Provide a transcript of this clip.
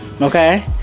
okay